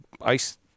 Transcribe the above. ice –